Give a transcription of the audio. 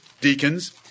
deacons